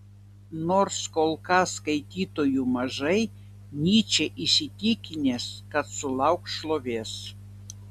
nors kol kas skaitytojų mažai nyčė įsitikinęs kad sulauks šlovės